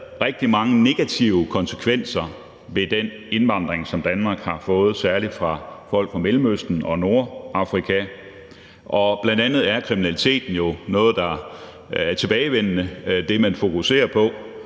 rigtig mange negative konsekvenser af den indvandring, som Danmark har fået særlig fra Mellemøsten og Nordafrika. Og bl.a. er kriminaliteten jo noget, der er tilbagevendende, og som man fokuserer på,